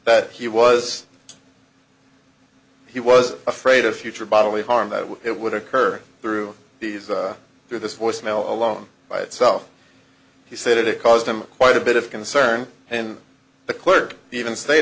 that he was he was afraid of future bodily harm that it would occur through these through this voicemail alone by itself he said it caused him quite a bit of concern and the clerk even s